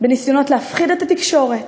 בניסיונות להפחיד את התקשורת,